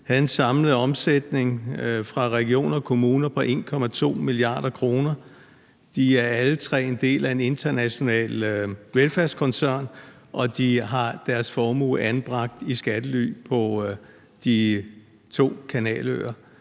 tid siden en samlet omsætning fra regioner og kommuner på 1,2 mia. kr. De er alle tre en del af en international velfærdskoncern, og de har deres formue anbragt i skattely på de to kanaløer